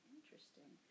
Interesting